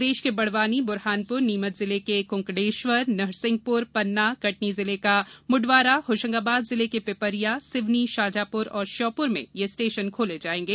प्रदेश के बड़वानी बुरहानपुर नीमच जिले के कुंकडेश्वर कटनी नरसिंहपुर पन्ना जिले का मुडवारा होशंगाबाद जिले के पिपरिया सिवनी शाजापुर और श्योपुर में ये स्टेशन खोले जाएंगे